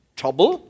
trouble